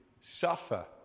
suffer